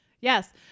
Yes